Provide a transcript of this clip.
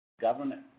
Government